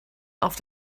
auf